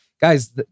guys